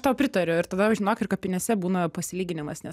tau pritariu ir tada žinok ir kapinėse būna pasilyginimas nes